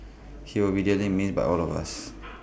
he will be dearly missed by all of us